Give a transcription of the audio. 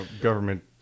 Government